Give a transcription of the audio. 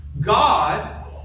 God